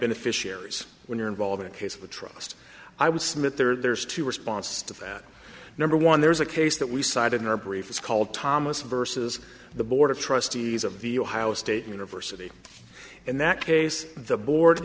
beneficiaries when you're involved in a case of a trust i would submit there's two response to that number one there is a case that we cited in our brief is called thomas vs the board of trustees of the ohio state university in that case the board